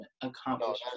accomplishment